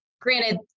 granted